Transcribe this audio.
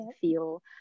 feel